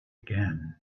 again